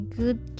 good